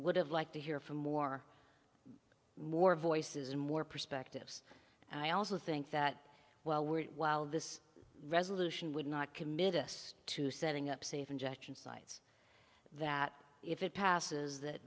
would have liked to hear from more more voices and more perspectives and i also think that while we're while this resolution would not commit us to setting up safe injection sites that if it passes that